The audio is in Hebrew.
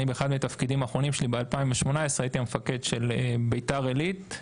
באחד מהתפקידים האחרונים שלי ב-2018 הייתי המפקד של ביתר עילית,